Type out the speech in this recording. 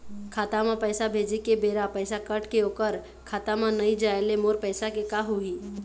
खाता म पैसा भेजे के बेरा पैसा कट के ओकर खाता म नई जाय ले मोर पैसा के का होही?